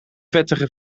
vettige